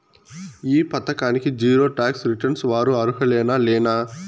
ఈ పథకానికి zero tax returns వారు అర్హులేనా లేనా?